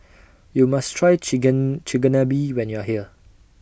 YOU must Try Chigenabe when YOU Are here